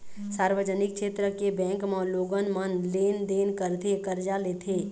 सार्वजनिक छेत्र के बेंक म लोगन मन लेन देन करथे, करजा लेथे